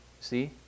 See